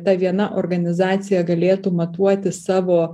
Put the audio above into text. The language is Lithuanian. ta viena organizacija galėtų matuoti savo